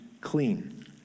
clean